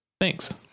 thanks